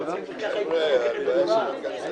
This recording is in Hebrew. סליחה, חברים, בבקשה, לאה.